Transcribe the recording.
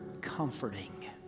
comforting